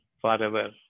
Forever